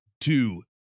two